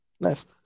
Nice